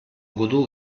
gudu